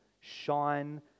shine